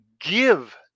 give